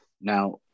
Now